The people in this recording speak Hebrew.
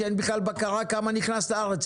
שאין לו בכלל בקרה כמה נכנס לארץ.